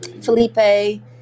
felipe